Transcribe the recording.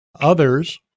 Others